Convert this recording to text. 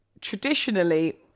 traditionally